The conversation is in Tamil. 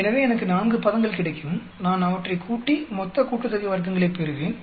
எனவே எனக்கு 4 பதங்கள் கிடைக்கும் நான் அவற்றை கூட்டி மொத்த கூட்டுத்தொகை வர்க்கங்களைப் பெறுவேன்